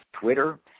Twitter